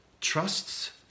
trusts